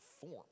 form